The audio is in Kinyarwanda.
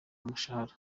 umushahara